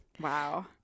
Wow